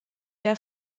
der